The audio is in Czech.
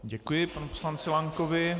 Děkuji panu poslanci Lankovi.